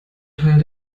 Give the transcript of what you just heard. teil